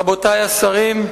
רבותי השרים,